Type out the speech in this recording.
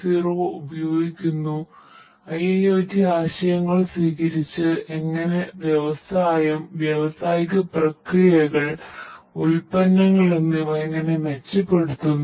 ൦ ഉപയോഗിക്കുന്നു IIoTആശയങ്ങൾ സ്വീകരിച്ചു എങ്ങനെ വ്യവസായം വ്യാവസായിക പ്രക്രിയകൾ ഉൽപ്പന്നങ്ങൾ എന്നിവ എങ്ങനെ മെച്ചപ്പെടുത്തുന്നു